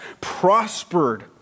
prospered